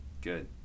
good